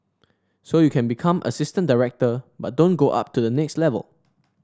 so you can become assistant director but don't go up to the next level